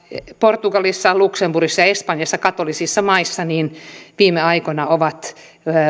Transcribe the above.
portugalissa luxemburgissa ja espanjassa katolisissa maissa he ovat viime aikoina